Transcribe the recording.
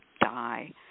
die